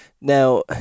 Now